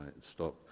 Stop